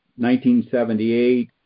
1978